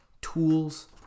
Tools